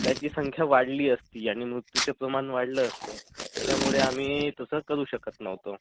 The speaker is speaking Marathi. त्याची संख्या वाढली असती आणि मृत्यूचं प्रमाण वाढलं असतं त्यामुळे आम्ही तसं करू शकत नव्हतो